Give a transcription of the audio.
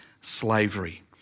slavery